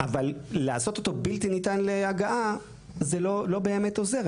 אבל לעשות אותו בלתי ניתן להגעה זה לא באמת עוזר.